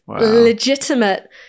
legitimate